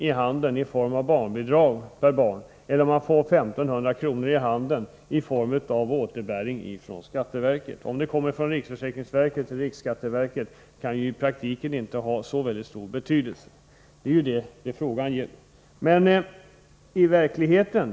i handen i form av barnbidrag eller i form av återbäring från skatteverket — om det kommer från riksförsäkringsverket eller riksskatteverket kan inte ha så stor betydelse i praktiken. Detta är vad frågan gäller.